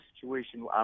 situation